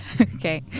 Okay